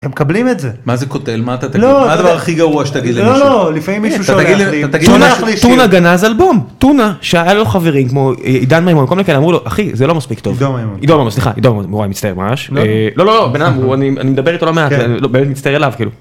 הם מקבלים את זה. מה זה קוטל מה אתה תגיד? מה הדבר הכי גרוע שתגידי למישהו? לא לא, לפעמים מישהו שולח לי שיר. טונה גנז אלבום, טונה שהיה לו חברים כמו עידן מימון כל מיני כאלה, אמרו לו אחי זה לא מספיק טוב. עידו מימון.. עידו ממון עידו ממון, סליחה אני מצטער ממש. לא לא בן אדם אני מדבר איתו לא מעט, לא באמת אני מצטער אליו.